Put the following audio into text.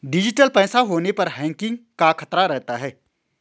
digital पैसा होने पर हैकिंग का खतरा रहता है